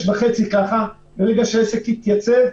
וחצי האחרונים, ברגע שהעסק התייצב,